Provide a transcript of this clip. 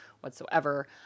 whatsoever